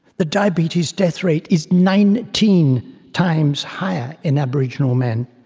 the diabetes death rate is nineteen times higher in aboriginal men,